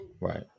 Right